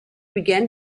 began